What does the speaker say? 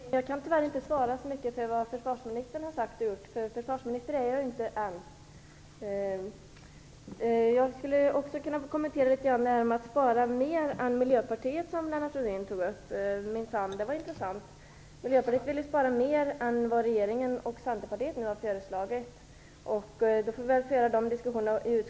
Fru talman! Jag kan tyvärr inte svara för vad försvarsministern har sagt och gjort. Försvarsminister är jag ju inte än. Jag skulle också vilja litet grand kommentera det som Lennart Rohdin tog upp, om att spara mer än Miljöpartiet. Det var minsann intressant. Miljöpartiet vill spara mer än regeringen och Centerpartiet nu har föreslagit.